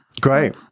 Great